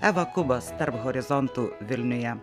eva kubas tarp horizontų vilniuje